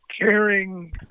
caring